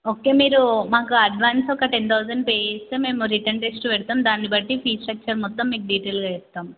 okay మీరు మాకు advance ఒక టెన్ తౌజండ్ పే చేస్తే మేము రిటన్ టెస్ట్ పెడతాం దాన్ని బట్టి ఫీజ్ స్ట్రక్చర్ మొత్తం డీటెయిల్గా చెప్తాం